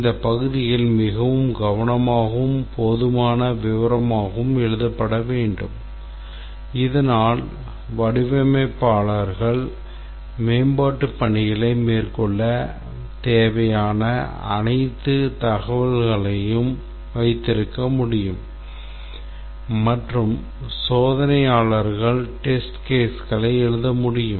இந்த பகுதி மிகவும் கவனமாகவும் போதுமான விவரமாகவும் எழுதப்பட வேண்டும் இதனால் வடிவமைப்பாளர்கள் மேம்பாட்டு பணிகளை மேற்கொள்ள தேவையான அனைத்து தகவல்களையும் வைத்திருக்க முடியும் மற்றும் சோதனையாளர்கள் test casesகளை எழுத முடியும்